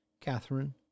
Catherine